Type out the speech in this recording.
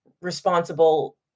responsible